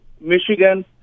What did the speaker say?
Michigan